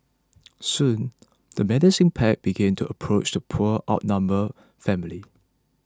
soon the menacing pack began to approach the poor outnumbered family